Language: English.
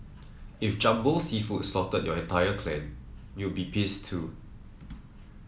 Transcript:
if Jumbo Seafood slaughtered your entire clan you'd be pissed too